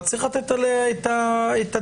צריך לתת עליה את הדעת.